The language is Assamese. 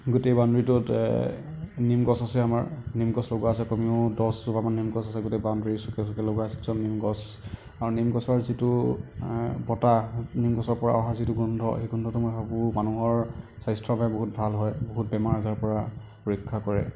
গোটেই বাউণ্ডেৰীটোত নিমগছ আছে আমাৰ নিমগছ লগোৱা আছে কমেও দহজোপা মান নিমগছ আছে গোটেই বাউণ্ডেৰীৰ চুকে চুকে লগোৱা আছে নিম গছ আৰু নিম গছৰ যিটো বতাহ নিমগছৰ পৰা অহা যিটো গোন্ধ সেই গোন্ধটো মই ভাবোঁ মানুহৰ স্বাস্থ্য়ৰ বাবে বহুত ভাল হয় বহুত বেমাৰ আজাৰৰ পৰা ৰক্ষা কৰে